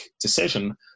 decision